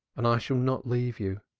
and i shall not leave you.